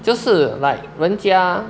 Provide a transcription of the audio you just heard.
就是 like 人家